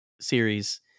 series